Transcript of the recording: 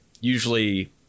usually